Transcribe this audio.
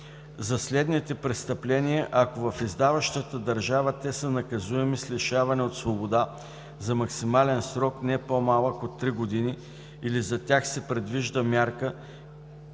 за следните престъпления, ако в издаващата държава те са наказуеми с лишаване от свобода за максимален срок не по-малък от три години или за тях се предвижда мярка,